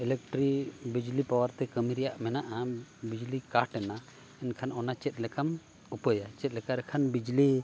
electric ᱵᱤᱡᱽᱞᱤ ᱯᱟᱣᱟᱨᱛᱮ ᱠᱟᱹᱢᱤ ᱨᱮᱭᱟᱜ ᱢᱮᱱᱟᱜᱼᱟ ᱟᱢ ᱵᱤᱡᱽᱞᱤ ᱠᱟᱴ ᱮᱱᱟ ᱮᱱᱠᱞᱷᱟᱱ ᱚᱱᱟ ᱪᱮᱫ ᱞᱮᱠᱟᱢ ᱩᱯᱟᱹᱭᱟ ᱪᱮᱫ ᱞᱮᱠᱟ ᱞᱮᱠᱷᱟᱱ ᱵᱤᱡᱽᱞᱤ